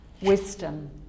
Wisdom